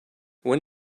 when